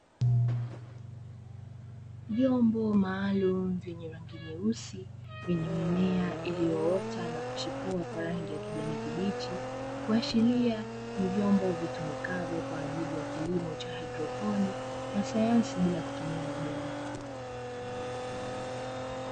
Vyombo maalum vyenye rangi nyeusi vyenye mimea iliyoota na kuchipua kwa rangi ya kijani kibichi, kuashiria ni vyombo vitumikavyo kwaajili ya kilimo cha hdroponi ya sayansi bila kutumia udongo.